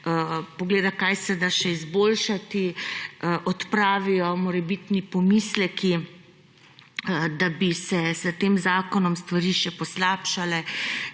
pogleda, kaj se da še izboljšati, odpravijo se morebitni pomisleki, da bi se s tem zakonom stvari še poslabšale.